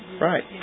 right